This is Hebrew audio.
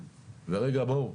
ובואו,